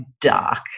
dark